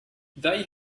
they